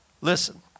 Listen